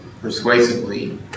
persuasively